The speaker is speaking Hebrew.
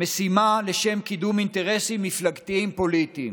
משימה לשם קידום אינטרסים מפלגתיים-פוליטיים";